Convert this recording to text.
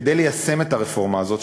כדי ליישם את הרפורמה הזאת,